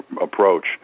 approach